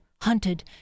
hunted